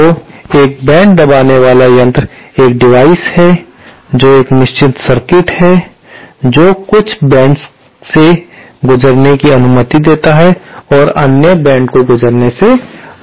तो एक बेंड्स दबाने वाला यंत्र एक डिवाइस है जो एक निश्चित सर्किट है जो कुछ बेंड्स से गुजरने की अनुमति देता है और अन्य बेंड्स से गुजरने से रोकता है